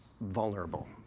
vulnerable